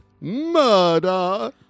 murder